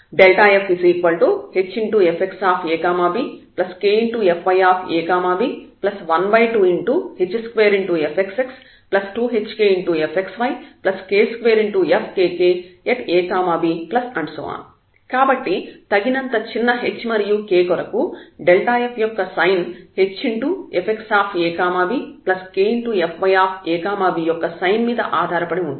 fhfxabkfyab12h2fxx2hkfxyk2fkkab కాబట్టి తగినంత చిన్న h మరియు k కొరకు f యొక్క సైన్ గుర్తు hfxabkfyab యొక్క సైన్ మీద ఆధారపడి ఉంటుంది